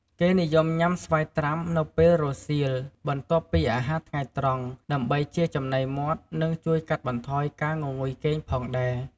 គេនិយមញុាំស្វាយត្រាំ នៅពេលរសៀលបន្ទាប់ពីអាហារថ្ងៃត្រង់ ដើម្បីជាចំណីមាត់ និងជួយកាត់បន្ថយការងងុយគេងផងដែរ។